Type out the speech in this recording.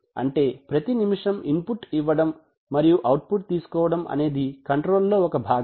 అంటే ప్రతి నిముషం ఇన్ పుట్ ఇవ్వడం మరియు ఔట్ పుట్ తీసుకోవడం అనేది కంట్రోల్ లో ఒక భాగం